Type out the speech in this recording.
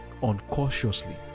uncautiously